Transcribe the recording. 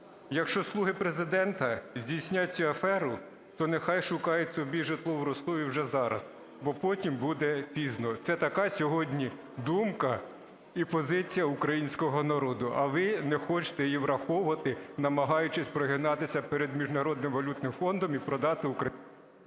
Якщо "слуги" Президента здійснять цю аферу, то нехай шукають собі житло в Ростові вже зараз, бо потім буде пізно. Це така сьогодні думка і позиція українського народу. А ви не хочете її враховувати, намагаючись прогинатися перед Міжнародним валютним фондом і продати…